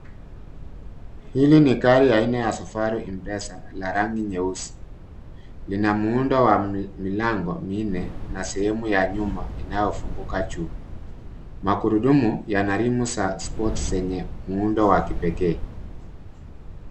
Hili ni gari aina ya Safari Impressor la rangi nyeusi. Lina muundo wa milango minne, na sehemu ya nyuma inayofunguka juu. Magurudumu yana rimu za sports zenye muundo wa kipekee.